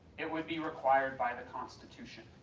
it would be required by the constitution,